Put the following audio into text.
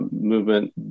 movement